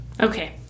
Okay